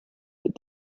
that